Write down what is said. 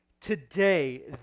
Today